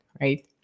right